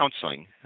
counseling